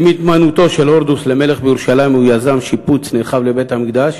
עם התמנות הורדוס למלך בירושלים הוא יזם שיפוץ נרחב של בית-המקדש